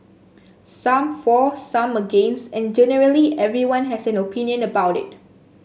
some for some against and generally everyone has an opinion about it